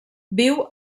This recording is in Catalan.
viu